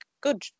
good